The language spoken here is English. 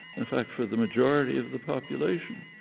in fact, for the majority of the population,